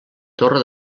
torre